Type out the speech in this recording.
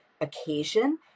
occasion